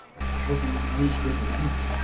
a thousand times good night!